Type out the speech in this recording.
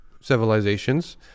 civilizations